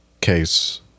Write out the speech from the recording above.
case